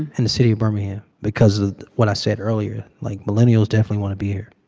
in the city of birmingham because of what i said earlier. like, millennials definitely want to be here